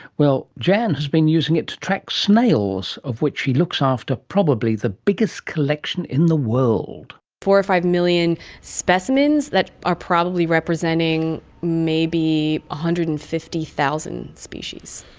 well, jann has been using it to track snails, of which she looks after probably the biggest collection in the world. four or five million specimens that are probably representing maybe one ah hundred and fifty thousand species.